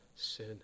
sin